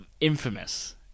Infamous